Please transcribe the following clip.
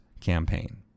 campaign